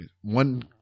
one